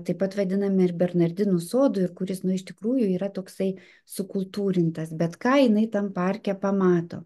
taip pat vadiname ir bernardinų sodu ir kuris nu iš tikrųjų yra toksai sukultūrintas bet ką jinai tam parke pamato